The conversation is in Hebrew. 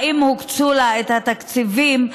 האם הוקצו לה התקציבים?